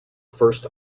first